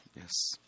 Yes